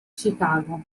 chicago